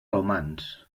romans